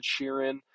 Sheeran